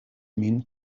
min